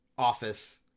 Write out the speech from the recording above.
office